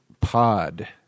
pod